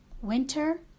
Winter